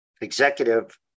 executive